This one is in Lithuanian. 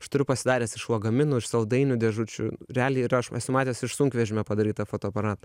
aš turiu pasidaręs iš lagaminų iš saldainių dėžučių realiai yra aš esu matęs iš sunkvežimio padarytą fotoaparat